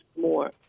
more